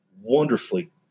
wonderfully